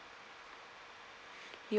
ya